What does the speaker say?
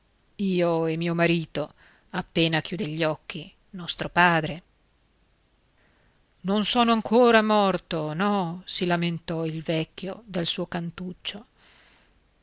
io e mio marito appena chiude gli occhi nostro padre non sono ancora morto no si lamentò il vecchio dal suo cantuccio